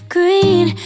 Green